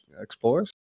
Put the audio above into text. Explorers